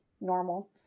normal